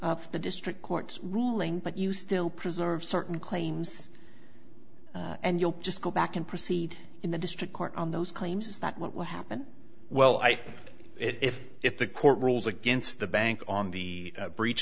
of the district court ruling but you still preserve certain claims and you just go back and proceed in the district court on those claims is that what will happen well i think if if the court rules against the bank on the breach